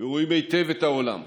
ורואים היטב את העולם.